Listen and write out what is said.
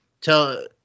tell